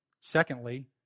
Secondly